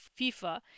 FIFA